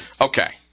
okay